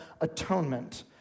Atonement